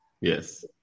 Yes